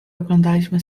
oglądaliśmy